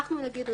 אנחנו נגיד,